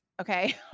Okay